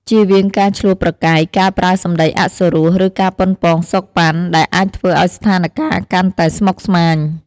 ជៀសវាងការឈ្លោះប្រកែក ការប្រើសម្ដីអសុរោះ ឬការប៉ុនប៉ងស៊កប៉ាន់ ដែលអាចធ្វើឲ្យស្ថានការណ៍កាន់តែស្មុគស្មាញ។